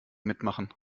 mitmachen